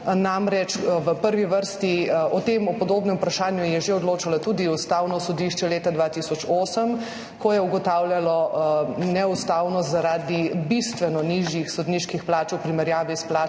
Namreč, o podobnem vprašanju je že odločalo tudi Ustavno sodišče leta 2008, ko je ugotavljalo neustavnost zaradi bistveno nižjih sodniških plač v primerjavi s plačami